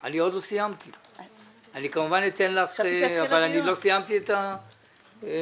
ואני חושבת שהיית בדיון הזה בעצמך